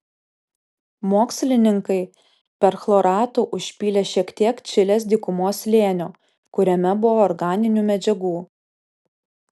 mokslininkai perchloratu užpylė šiek tiek čilės dykumos slėnio kuriame buvo organinių medžiagų